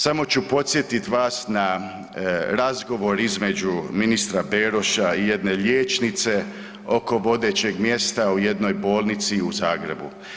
Samo ću podsjetiti vas na razgovor između ministra Beroša i jedne liječnice oko vodećeg mjesta u jednoj bolnici u Zagrebu.